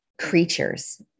Creatures